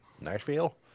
Nashville